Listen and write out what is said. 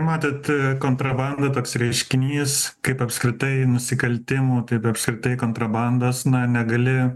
matot kontrabanda toks reiškinys kaip apskritai nusikaltimų tai apskritai kontrabandos na negali